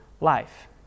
life